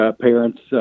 parents